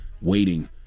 waiting